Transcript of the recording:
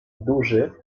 duży